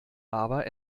aber